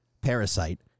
Parasite